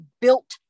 built